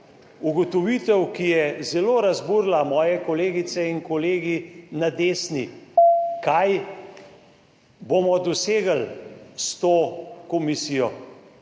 Ugotovitev, ki je zelo razburila moje kolegice in kolegi na desni - kaj bomo dosegli s to komisijo?